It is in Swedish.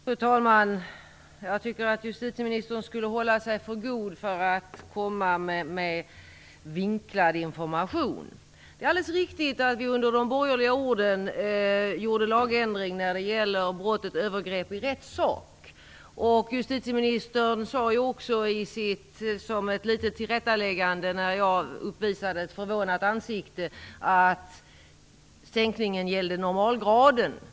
Fru talman! Jag tycker att justitieministern skulle hålla sig för god för att komma med vinklad information. Det är alldeles riktigt att vi under de borgerliga åren gjorde en lagändring när det gäller brottet övergrepp i rättssak. Justitieministern sade också som ett litet tillrättaläggande, när jag uppvisade ett förvånat ansikte, att sänkningen gällde normalgraden.